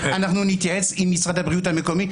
אנחנו נתייעץ עם משרד הבריאות המקומי,